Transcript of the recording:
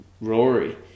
Rory